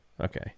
Okay